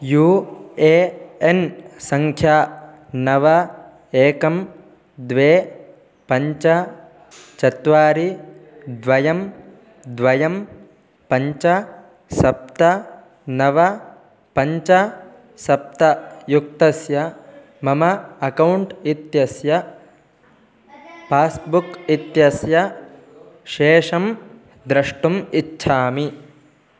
you A N सङ्ख्या नव एकं द्वे पञ्च चत्वारि द्वे द्वे पञ्च सप्त नव पञ्च सप्त युक्तस्य मम अकौण्ट् इत्यस्य पास्बुक् इत्यस्य शेषं द्रष्टुम् इच्छामि